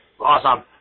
awesome